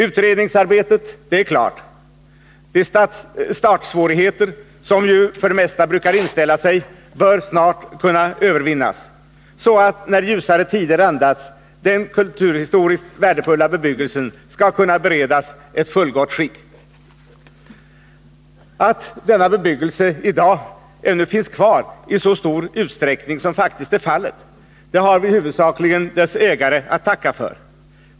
Utredningsarbetet är klart, och de startsvårigheter som för det mesta brukar inställa sig bör snart kunna övervinnas så att, när ljusare tider randas, den kulturhistoriskt värdefulla bebyggelsen skall kunna beredas ett fullgott skydd. Att denna bebyggelse än i dag finns kvar i så stor utsträckning som faktiskt är fallet har vi huvudsakligen dess ägare att tacka för.